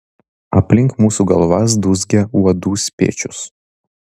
aplink mūsų galvas dūzgia uodų spiečius